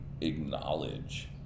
acknowledge